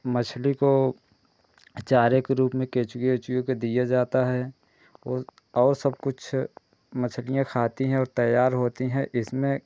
मछली को चारे के रूप में केंचुए एचुए को दिए जाता है वह और सब कुछ मच्छलियाँ खाती हैं और तैयार होती हैं इसमें